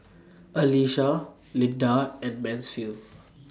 Alysa Lynda and Mansfield